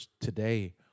today